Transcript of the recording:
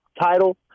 title